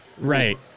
Right